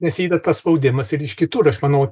nes yra tas spaudimas ir iš kitur aš manau